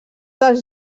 dels